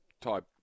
type